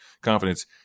confidence